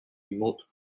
remote